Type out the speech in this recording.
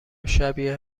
شبیه